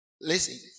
Listen